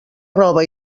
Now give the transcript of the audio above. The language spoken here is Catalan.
roba